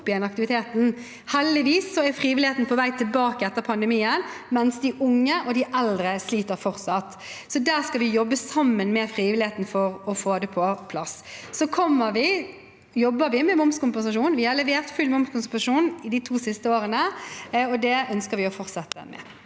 Heldigvis er frivilligheten på vei tilbake etter pandemien, men de unge og de eldre sliter fortsatt, så der skal vi jobbe sammen med frivilligheten for å få det på plass. Så jobber vi med momskompensasjonen. Vi har levert full momskompensasjon i de to siste årene, og det ønsker vi å fortsette med.